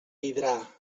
vidrà